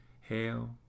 Hail